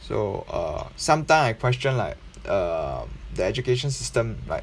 so err sometime I question like err the education system like